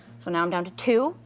so now i'm down to two.